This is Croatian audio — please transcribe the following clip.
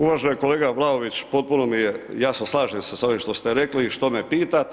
Uvaženi kolega Vlaović, potpuno mi je jasno, slažem se sa ovim što ste rekli i što me pitate.